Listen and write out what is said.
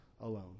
alone